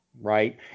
right